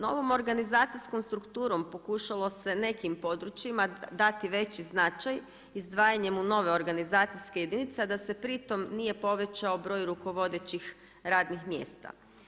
Novom organizacijskom strukturnom pokušalo se nekim područjima dati veći značaj izdvajanjem u nove organizacijske jedinice, a da se pri tom nije povećao broj rukovodećih radnih mjesta.